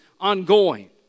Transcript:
ongoing